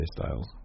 Styles